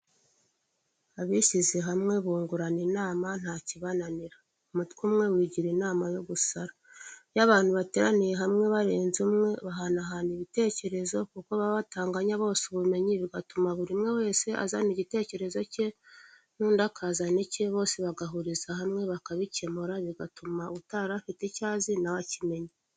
Abishyize hamwe bungurana inama ntakibananira, umutwe umwe wigira inama yo gusara. Iyo abantu bateraniye hamwe barenze umwe bahanahana ibitekerezo kuko baba batanganya bose ubumenyi bigatuma buri umwe wese azana igitekerezo cye n'undi akazana icye bose bagahuriza hamwe bakabikemura, bigatuma utari afite icyo azi nawe akimenya.